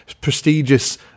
prestigious